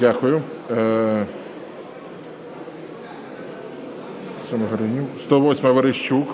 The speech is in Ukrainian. Дякую. 108-а, Верещук.